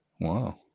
Wow